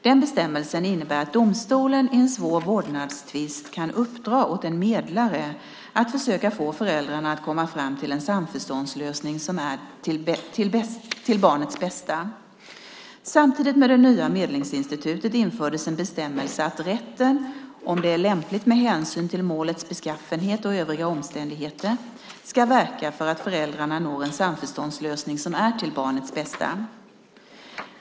Den bestämmelsen innebär att domstolen i en svår vårdnadstvist kan uppdra åt en medlare att försöka få föräldrarna att komma fram till en samförståndslösning som är till barnets bästa. Samtidigt med det nya medlingsinstitutet infördes en bestämmelse att rätten - om det är lämpligt med hänsyn till målets beskaffenhet och övriga omständigheter - ska verka för att föräldrarna når en samförståndslösning som är till barnets bästa.